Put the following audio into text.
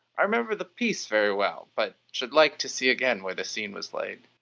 i remember the piece very well, but should like to see again where the scene was laid.